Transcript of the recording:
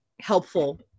helpful